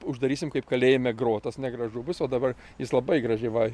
uždarysim kaip kalėjime grotas negražu bus o dabar jis labai gražiai va